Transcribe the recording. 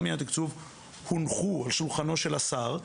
עניין התקצוב הונחו על שולחנו של השר.